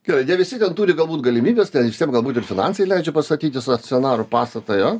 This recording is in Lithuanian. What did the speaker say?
gerai ne visi ten turi galbūt galimybes ten visiem galbūt ir finansai leidžia pasistatyti stacionarų pastatą jo